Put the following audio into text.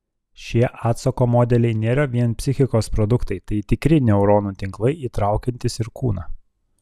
šie atsako modeliai nėra vien psichikos produktai tai tikri neuronų tinklai įtraukiantys ir kūną